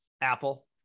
Apple